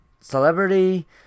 celebrity